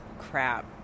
crap